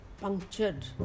punctured